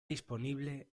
disponible